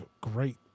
great